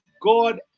god